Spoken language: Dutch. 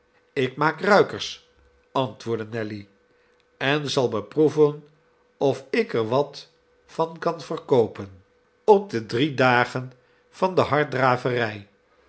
ik maak ruikers antwoordde nelly en zal beproeven of ik er wat van kan verkoopen nelly op do drie dagen van de harddraverij